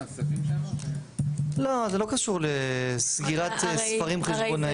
זה לא קשור לסגירת ספרים חשבונאים.